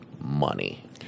money